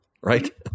right